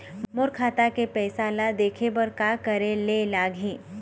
मोर खाता के पैसा ला देखे बर का करे ले लागही?